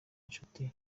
inshuti